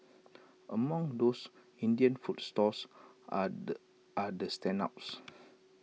among those Indian food stalls are the are the standouts